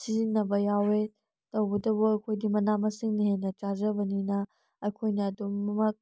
ꯁꯤꯖꯤꯟꯅꯕ ꯌꯥꯎꯏ ꯇꯧꯕꯇꯕꯨ ꯑꯩꯈꯣꯏꯒꯤ ꯃꯅꯥꯃꯁꯤꯡꯅ ꯍꯦꯟꯅ ꯆꯥꯖꯕꯅꯤꯅ ꯑꯩꯈꯣꯏꯅ ꯑꯗꯨꯃꯛ